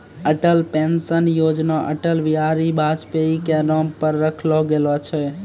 Atal pension योजना अटल बिहारी वाजपेई के नाम पर रखलो गेलो छै